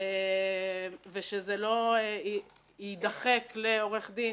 ושזה לא יידחק לעורך דין